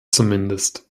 zumindest